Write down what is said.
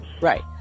right